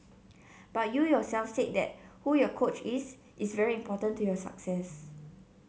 but you yourself said that who your coach is is very important to your success